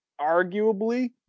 arguably